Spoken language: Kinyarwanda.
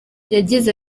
yagize